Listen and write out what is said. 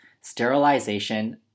sterilization